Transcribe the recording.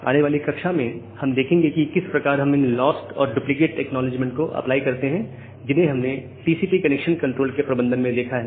आने वाली कक्षा में हम देखेंगे कि किस प्रकार हम इन लॉस्ट और डुप्लीकेट एक्नॉलेजमेंट को अप्लाई करते हैं जिन्हें हमने टीसीपी कंजेशन कंट्रोल के प्रबंधन में देखा है